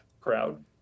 crowd